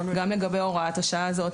גם לגבי הוראת השעה הזו,